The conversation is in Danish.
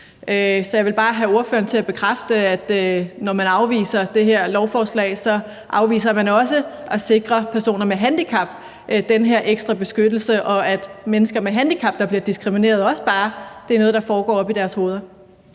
Så jeg vil bare have ordføreren til at bekræfte, at når man afviser det her lovforslag, afviser man også at sikre personer med handicap den her ekstra beskyttelse, og at når det gælder mennesker med handicap, der bliver diskrimineret, så er det også bare noget, der foregår oppe i deres hoveder.